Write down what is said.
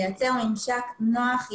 לייצר ממשק נוח,